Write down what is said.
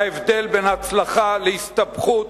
וההבדל בין ההצלחה להסתבכות,